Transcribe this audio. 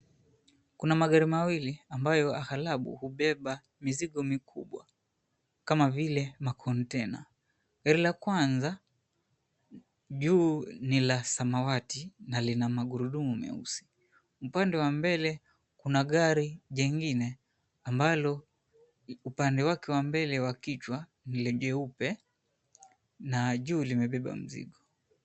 Kuna magari mawili ambayo aghalabu hubeba mizigo mikubwa, kama vile makontena. Gari la kwanza, juu ni la samawati na lina magurudumu meusi. Upande wa mbele kuna gari jingine ambalo, upande wake wa mbele wa kichwa ni jeupe na juu limebeba mzigo.